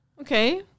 Okay